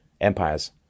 Empires